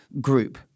group